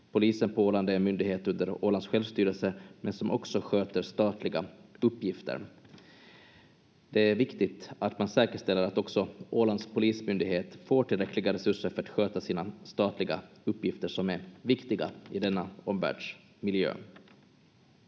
Polisen på Åland är en myndighet under Ålands självstyrelse men som också sköter statliga uppgifter. Det är viktigt att man säkerställer att också Ålands polismyndighet får tillräckliga resurser för att sköta sina statliga uppgifter, som är viktiga i denna omvärldsmiljö.